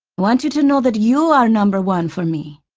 want you to know that you are number one for me.